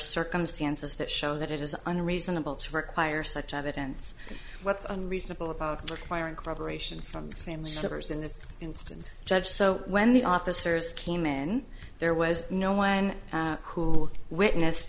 circumstances that show that it is under reasonable to require such evidence what's unreasonable about requiring cooperation from family members in this instance judge so when the officers came in there was no one who witnessed